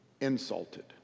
insulted